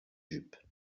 jupe